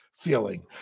feeling